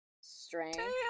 strength